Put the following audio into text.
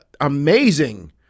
amazing